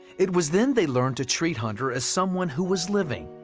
it was then they learned to treat hunter as someone who was living,